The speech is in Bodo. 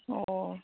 अ